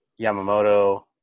Yamamoto